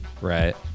right